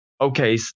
Okay